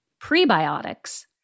prebiotics